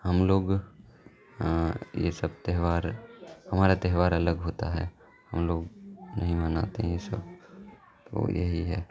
ہم لوگ یہ سب تہوار ہمارا تہوار الگ ہوتا ہے ہم لوگ نہیں مناتے یہ سب تو یہی ہے